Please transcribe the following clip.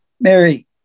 Mary